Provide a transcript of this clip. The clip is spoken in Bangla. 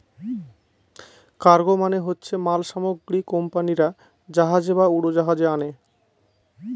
কার্গো মানে হচ্ছে মাল সামগ্রী কোম্পানিরা জাহাজে বা উড়োজাহাজে আনে